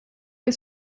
est